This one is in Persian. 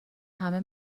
همه